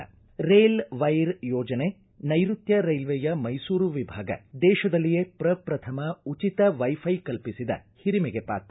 rail wire ಯೋಜನೆ ನೈರುತ್ತ ರೈಲ್ವೆಯ ಮೈಸೂರು ವಿಭಾಗ ದೇಶದಲ್ಲಿಯೇ ಪ್ರಪ್ರಥಮ ಉಚಿತ ವೈ ಫೈ ಕಲ್ಪಿಸಿದ ಹಿರಿಮೆಗೆ ಪಾತ್ರ